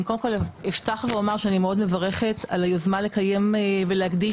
אני קודם כל אפתח ואומר שאני מאוד מברכת על היוזמה לקיים ולהקדיש